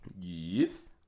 Yes